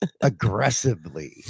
aggressively